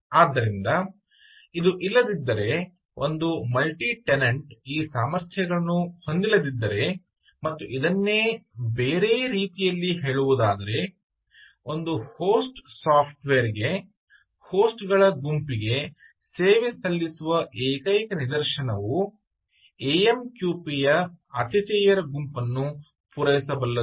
ಆದ್ದರಿಂದ ಇದು ಇಲ್ಲದಿದ್ದರೆ ಒಂದು ಮಲ್ಟಿಟೆನಂಟ್ ಈ ಸಾಮರ್ಥ್ಯಗಳನ್ನು ಹೊಂದಿಲ್ಲದಿದ್ದರೆ ಮತ್ತು ಇದನ್ನೇ ಬೇರೆ ರೀತಿಯಲ್ಲಿ ಹೇಳುವುದಾದರೆ ಒಂದು ಹೋಸ್ಟ್ ಸಾಫ್ಟ್ವೇರ್ಗೆ ಹೋಸ್ಟ್ಗಳ ಗುಂಪಿಗೆ ಸೇವೆ ಸಲ್ಲಿಸುವ ಏಕೈಕ ನಿದರ್ಶನವು AMQP ಯ ಆತಿಥೇಯರ ಗುಂಪನ್ನು ಪೂರೈಸಬಲ್ಲದು